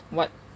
what